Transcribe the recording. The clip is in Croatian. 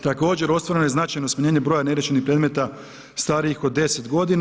Također, ostvareno je značajno smanjenje broja neriješenih predmeta starijih od 10 godina.